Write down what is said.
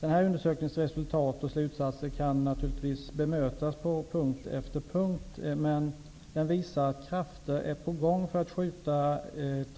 Denna undersöknings resultat kan naturligtvis bemötas på punkt efter punkt, men den visar att krafter är på gång för att skjuta